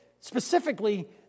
specifically